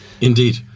Indeed